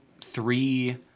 three